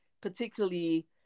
particularly